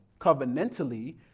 covenantally